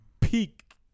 peak